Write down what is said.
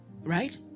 right